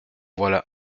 voilà